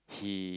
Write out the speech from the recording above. he